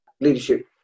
leadership